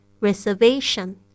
Reservation